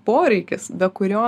poreikis be kurio